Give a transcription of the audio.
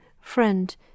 Friend